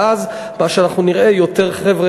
ואז מה שאנחנו נראה זה יותר חבר'ה